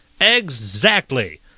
Exactly